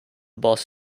bus